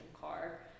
car